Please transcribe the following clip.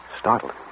Startled